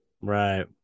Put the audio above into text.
right